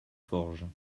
forges